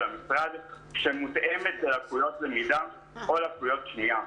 המשרד שמותאמת ללקויות למידה או ללקויות שמיעה,